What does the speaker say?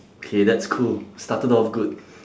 okay that's cool started off good